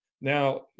Now